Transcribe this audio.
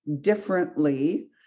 differently